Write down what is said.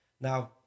Now